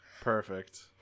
perfect